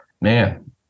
man